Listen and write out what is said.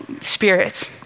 spirits